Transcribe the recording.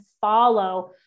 follow